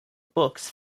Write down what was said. books